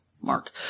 Mark